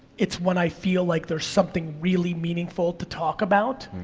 it's when i feel like there's something really meaningful to talk about,